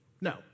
No